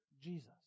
Jesus